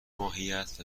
ماهیت